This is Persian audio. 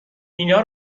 اینا